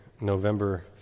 November